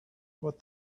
what